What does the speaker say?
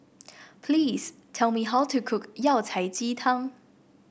please tell me how to cook Yao Cai Ji Tang